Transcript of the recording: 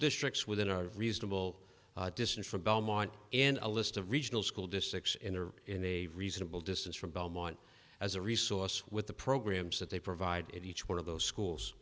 districts within a reasonable distance from belmont in a list of regional school districts in or in a reasonable distance from belmont as a resource with the programs that they provide it each one of those schools